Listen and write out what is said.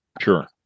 Sure